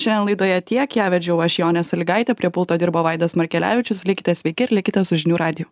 šiandien laidoje tiek ją vedžiau aš jonė salygaitė prie pulto dirbo vaidas markelevičius likite sveiki ir likite su žinių radiju